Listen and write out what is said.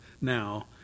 now